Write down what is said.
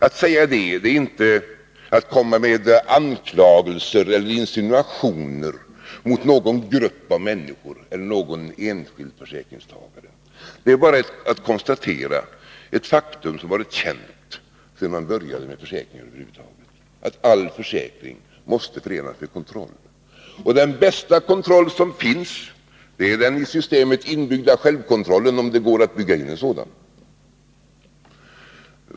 Att säga det är inte att komma med anklagelser eller insinuationer mot någon grupp av människor eller någon enskild försäkringstagare. Det är bara att konstatera ett faktum som har varit känt sedan man började med försäkringar över huvud taget. Den bästa kontroll som finns är den i systemet inbyggda självkontrollen, om det går att bygga in en sådan.